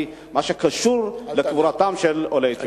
קונקרטית על מה שקשור לקבורתם של עולי אתיופיה.